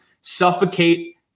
suffocate